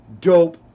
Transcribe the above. dope